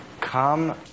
come